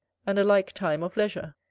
and a like time of leisure.